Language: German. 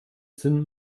sind